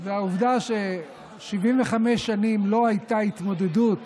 והעובדה ש-75 שנים לא הייתה התמודדות